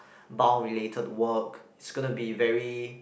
bound related work it's gonna be very